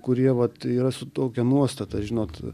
kurie vat yra su tokia nuostata žinot